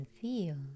feel